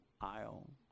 aisle